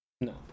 No